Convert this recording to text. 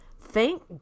Thank